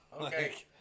Okay